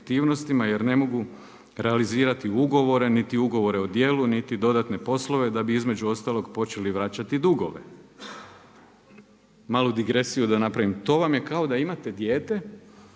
jer ne mogu realizirati ugovore, niti ugovore o djelu, niti dodatne poslove da bi između ostalog počeli vraćati dugove“. Malu digresiju da napravim, to vam je kao da imate dijete